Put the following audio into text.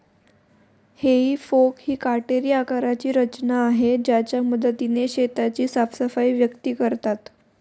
हेई फोक ही काटेरी आकाराची रचना आहे ज्याच्या मदतीने शेताची साफसफाई व्यक्ती करतात